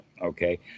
Okay